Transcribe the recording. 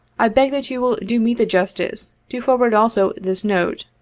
i beg that you will do me the justice to forward also this note.